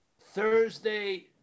Thursday